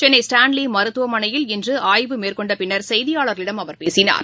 சென்னை ஸ்டான்லிமருததுவமனையில் இன்றுஆய்வு மேற்கொண்டபின்னர் செய்தியாளர்களிடம் அவர் பேசினார்